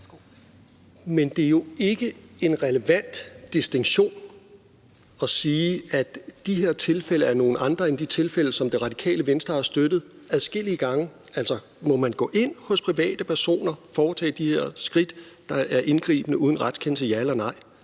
Men det er jo ikke en relevant distinktion at sige, at de her tilfælde er nogle andre end de tilfælde, som Det Radikale Venstre har støttet adskillige gange. Altså, må man gå ind hos private personer og foretage de her skridt, der er indgribende, uden retskendelse – ja eller nej?